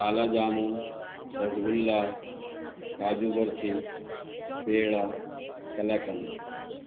کالا جامن رس گلا کاجو برفی پیڑا کلا قند